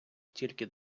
стільки